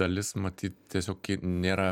dalis matyt tiesiog nėra